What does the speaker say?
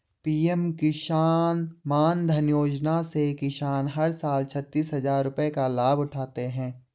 PM किसान मानधन योजना से किसान हर साल छतीस हजार रुपये का लाभ उठाते है